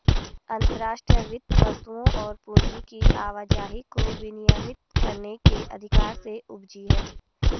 अंतर्राष्ट्रीय वित्त वस्तुओं और पूंजी की आवाजाही को विनियमित करने के अधिकार से उपजी हैं